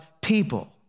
people